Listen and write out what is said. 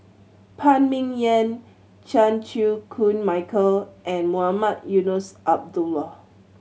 Phan Ming Yen Chan Chew Koon Michael and Mohamed Eunos Abdullah